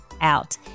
Out